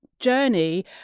Journey